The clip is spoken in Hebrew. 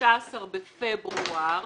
15 בפברואר